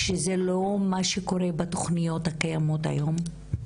שזה לא מה שקורה בתוכניות הקיימות היום?